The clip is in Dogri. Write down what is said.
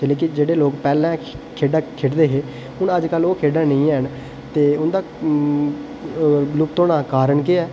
लेकिन जेह्ड़े लोक पैह्लें खेढां खेढदे हे हून अजकल ओह् खेढां निं हैन कि उं'दा लुप्त होने दा कारण केह् ऐ